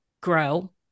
grow